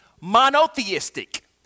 monotheistic